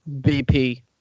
BP